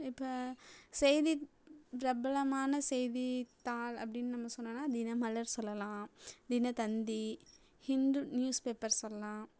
இப்போ செய்தி பிரபலமான செய்தித்தாள் அப்படின்னு நம்ம சொன்னோம்னா தினமலர் சொல்லாம் தினத்தந்தி ஹிந்து நியூஸ் பேப்பர் சொல்லலாம்